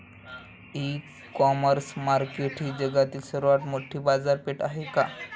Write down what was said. इ commerce market ही जगातील सर्वात मोठी बाजारपेठ आहे का?